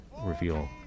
reveal